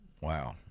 Wow